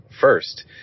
first